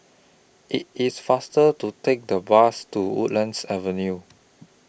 IT IS faster to Take The Bus to Woodlands Avenue